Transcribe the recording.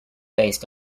based